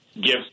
give